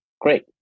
Great